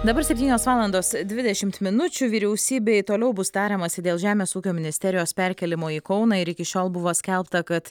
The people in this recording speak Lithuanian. dabar septynios valandos dvidešimt minučių vyriausybėj toliau bus tariamasi dėl žemės ūkio ministerijos perkėlimo į kauną ir iki šiol buvo skelbta kad